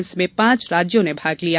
इसमें पांच राज्यों ने भाग लिया